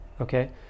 Okay